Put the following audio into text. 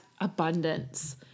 abundance